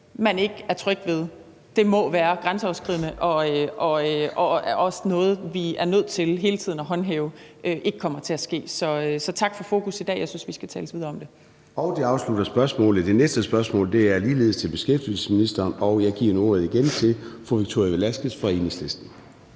man ikke er tryg ved, må være grænseoverskridende, og det er også noget, vi er nødt til hele tiden at sørge for ikke kommer til at ske. Så tak for at sætte fokus på det i dag. Jeg synes, at vi skal tales ved om det. Kl. 14:01 Formanden (Søren Gade): Det afslutter spørgsmålet. Det næste spørgsmål er ligeledes til beskæftigelsesministeren, og jeg giver nu igen ordet til fru Victoria Velasquez fra Enhedslisten.